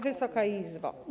Wysoka Izbo!